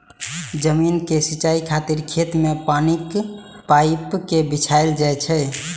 जमीन के सिंचाइ खातिर खेत मे पानिक पाइप कें बिछायल जाइ छै